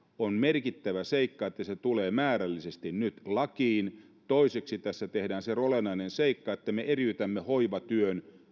on merkittävä seikka että tämä hoitajamitoitus tulee määrällisesti nyt lakiin toiseksi tässä tehdään se olennainen seikka että me eriytämme hoivatyön